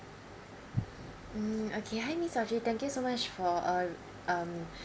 mm okay hi miss audrey thank you so much for uh um